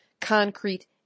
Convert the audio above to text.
concrete